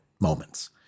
moments